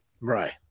Right